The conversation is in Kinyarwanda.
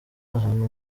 ahantu